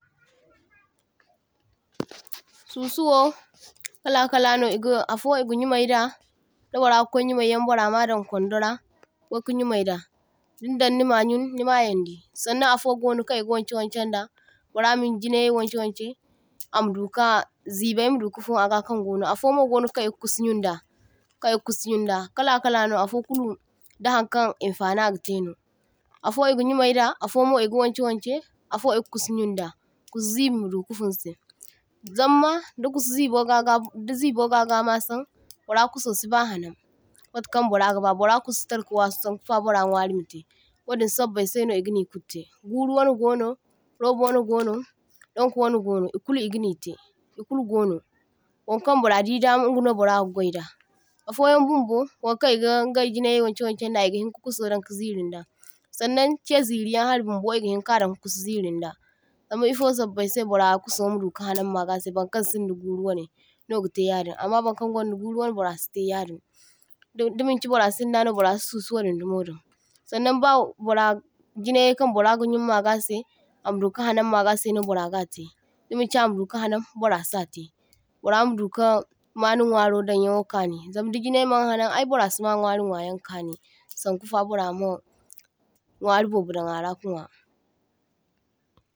toh – toh Susuwo kala kala no ego, a’fo e’ga yumaida da burra ga kwai yumaiyaŋ burra madaŋ kwaŋdara kwaika yumaida dindan nima yun nima yaŋdi, saŋnaŋ afo gono kaŋ i’ga waŋkai waŋkain da burra minjinai waŋkai waŋkai ama duka zebai maduka fun aga kaŋ gono, a’fo mo gono kaŋ i’ga kusu yunda kaŋ i’ga kusu yunda kala kala no a’fo kulu dahaŋkaŋ infani agatai no, a’fo e’ga yumaida afomo a’ga waŋkai waŋkai a’fo i’ga kusu yunda kusu zebi madu kafunsai, zama da kusu zebo gaga dazebo gaga masaŋ burra kuso sibahanaŋ matokaŋ burra gaba, burra kusu sitarka wasi saŋkufo burra nwari matar katai wadin sabbaisaino a’ga wadin kulu tai, guru wane gono roba wane gono danku wana gono i’kul i’gani tai i’kulu gono, waŋkaŋ burra di dama ingano burra ga gwaida. Affoyaŋ bunbo waŋkaŋ i’ga inga jinai waŋkai waŋkain da e’ga hinka kuso daŋ kazerinda, sannan chai zeriyan hari bunbo e’gahinka daŋ ka kusu zerinda, zama i’fo sambaisai burra kuso maduka hanaŋ magasai burkaŋ sinda guro wane no gatai yadin, amma waŋkaŋ gaŋda guru wane burra sitai yadin di dimaŋchi burra sinda no burra si susuwadin dimo daŋ. Saŋnaŋ ba burra jinai kaŋ burra gayun magasai amadu kahanaŋ magasai no burraga tai, bimaŋchi ama dukahanaŋ bura satai burra madukama ni nwaro dan yawo kani zama di jinai maŋ hanaŋ ay burra sima nwari nwayaŋ kani sankufa burra ma nwari bobo daŋ arak a nwa.